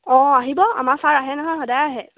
অঁ আহিব আমাৰ ছাৰ আহে নহয় সদায় আহে